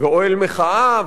אוהל מחאה.